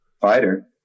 fighter